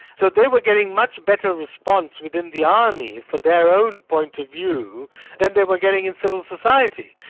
so they were getting much better response within the army for their own points of view than they were getting in civil society,